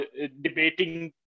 debating